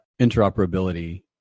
interoperability